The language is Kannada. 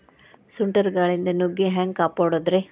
ಸುಂಟರ್ ಗಾಳಿಯಿಂದ ನುಗ್ಗಿ ಹ್ಯಾಂಗ ಕಾಪಡೊದ್ರೇ?